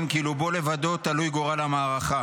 כאילו בו לבדו תלוי גורל המערכה,